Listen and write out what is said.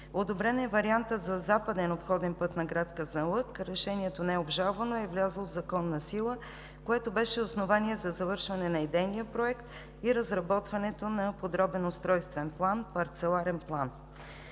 Одобрен е вариантът за западен обходен път на град Казанлък. Решението не е обжалвано, а е влязло в законна сила, което беше и основание за завършване на идейния проект и разработването на Подробен устройствен план – Парцеларен план.